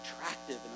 attractive